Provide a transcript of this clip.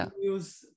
use